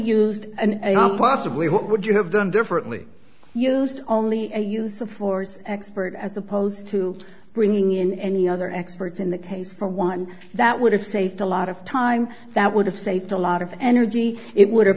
used and possibly what would you have done differently used only a use of force expert as opposed to bringing in any other experts in the case for one that would have saved a lot of time that would have saved a lot of energy it would have